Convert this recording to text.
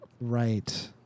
Right